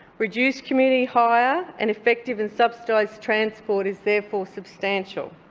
reduced community hire and effective and subsidised transport is therefore substantial.